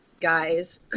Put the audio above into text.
guys